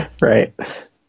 Right